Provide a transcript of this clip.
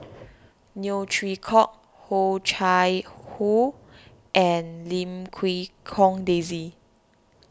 Neo Chwee Kok Oh Chai Hoo and Lim Quee Hong Daisy